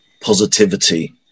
positivity